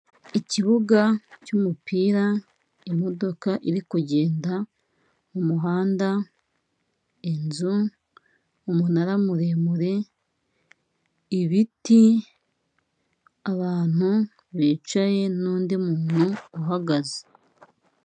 Ikibuga cy'umupira, imodoka iri kugenda mu muhanda, inzu, umunara muremure, ibiti, abantu bicaye n'undi muntu uhagaze.